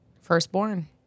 firstborn